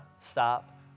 stop